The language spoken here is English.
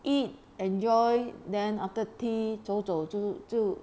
eat enjoy then after tea 走走就就